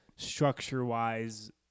structure-wise